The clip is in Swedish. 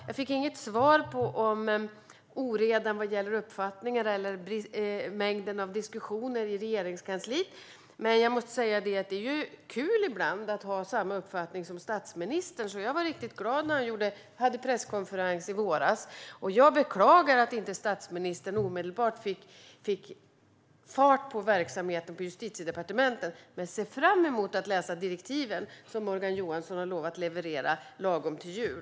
Jag fick däremot inget svar om oredan vad gäller uppfattningar eller mängden diskussioner i Regeringskansliet. Men jag måste säga att det är kul att ibland ha samma uppfattning som statsministern, och jag var därför riktigt glad när han hade presskonferens i våras. Jag beklagar att statsministern inte omedelbart fick fart på verksamheten på Justitiedepartementet, men jag ser fram emot att läsa direktiven, som Morgan Johansson har lovat att leverera lagom till jul.